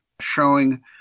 showing